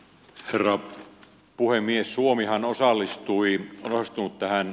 herra puhemies suomihan osallistui prostuutteen